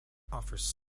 offers